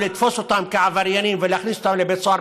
לתפוס אותם כעבריינים ולהכניס אותם לבית סוהר,